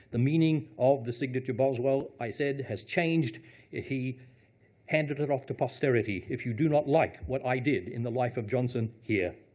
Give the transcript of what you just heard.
the meaning of the signature boswell, i said, has changed he handed it off to posterity. if you do not like what i did in the life of johnson here,